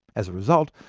as a result,